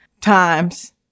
times